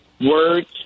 Words